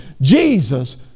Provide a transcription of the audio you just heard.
Jesus